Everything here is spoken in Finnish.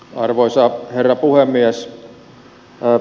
arvoisa herra puhemies